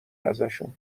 ازشون